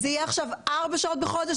זה יהיה עכשיו ארבע שעות בחודש?